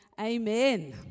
amen